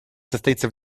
состоится